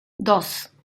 dos